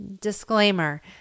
Disclaimer